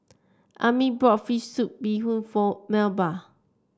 Ami bought fish soup Bee Hoon for Melba